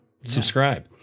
Subscribe